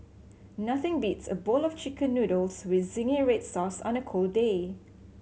nothing beats a bowl of Chicken Noodles with zingy red sauce on a cold day